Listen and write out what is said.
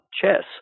chess